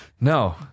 No